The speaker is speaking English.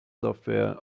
software